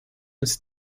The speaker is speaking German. ist